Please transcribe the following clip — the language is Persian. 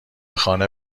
خانه